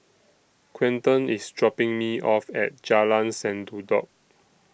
Quinten IS dropping Me off At Jalan Sendudok